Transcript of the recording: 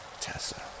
Tessa